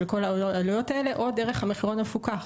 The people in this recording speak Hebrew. כל העלויות האלה או דרך המחירון המפוקח.